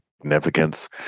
significance